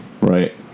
Right